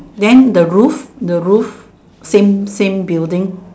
then the roof the roof same same building